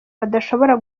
badashobora